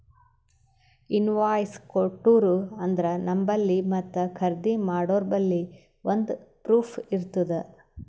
invoice ಕೊಟ್ಟೂರು ಅಂದ್ರ ನಂಬಲ್ಲಿ ಮತ್ತ ಖರ್ದಿ ಮಾಡೋರ್ಬಲ್ಲಿ ಒಂದ್ ಪ್ರೂಫ್ ಇರ್ತುದ್